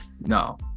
no